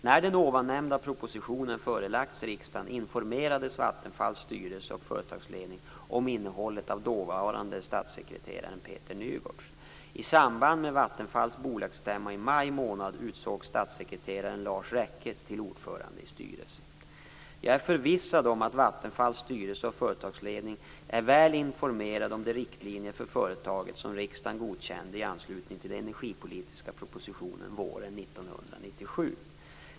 När den ovannämnda propositionen förelagts riksdagen informerades Vattenfalls styrelse och företagsledning om innehållet av dåvarande statssekreteraren Jag är förvissad om att Vattenfalls styrelse och företagsledning är väl informerade om de riktlinjer för företaget som riksdagen godkände i anslutning till den energipolitiska propositionen våren 1997.